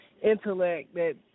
intellect—that